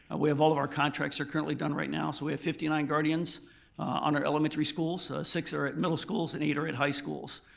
we have all of our contracts are currently done right now. so we had fifty nine guardians on our elementary schools. six are at middle schools and eight are at high schools.